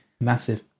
Massive